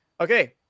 Okay